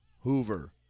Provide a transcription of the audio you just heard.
Hoover